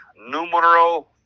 Numero